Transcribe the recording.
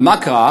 ומה קרה?